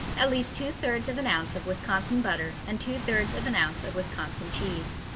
at least two-thirds of an ounce of wisconsin butter and two-thirds of an ounce of wisconsin cheese.